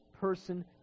person